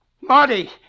Marty